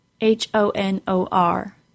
H-O-N-O-R